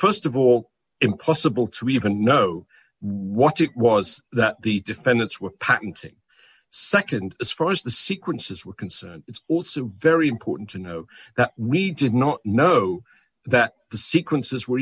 was st of all impossible to even know what it was that the defendants were patenting nd as far as the sequences were concerned it's also very important to know that we did not know that the sequences were